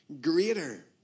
greater